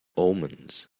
omens